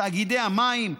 תאגידי המים,